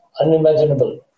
unimaginable